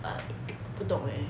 but 不懂 eh